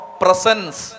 presence